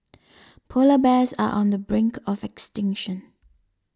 Polar Bears are on the brink of extinction